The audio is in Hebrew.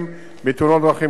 ללא ליווי בשעות הלילה,